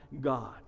God